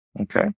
Okay